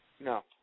No